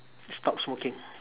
stop smoking